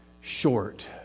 short